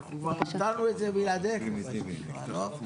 אנחנו כבר נתנו את זה בלעדיכם, מה לא?